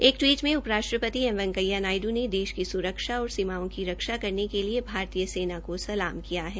एक टवीट में उपराष्ट्रपति एम वैकेया नायडू ने देश की स्रक्षा और सीमाओं की रक्षा करने के लिए भारतीय सेना को सलाम किया है